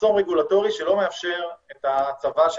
מחסום רגולטורי שלא מאפשר את ההצבה של